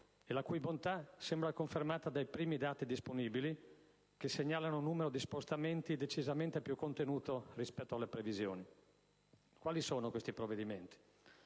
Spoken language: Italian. e la cui bontà sembra confermata dai primi dati disponibili, che segnalano un numero di spostamenti decisamente più contenuto rispetto alle previsioni. Quali sono queste misure?